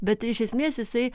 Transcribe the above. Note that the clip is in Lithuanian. bet iš esmės jisai